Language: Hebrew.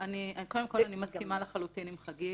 קודם כול, אני מסכימה לחלוטין עם חגית.